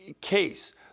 case